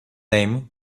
name